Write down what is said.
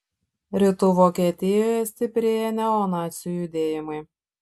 rytų vokietijoje stiprėja neonacių judėjimai